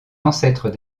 ancêtres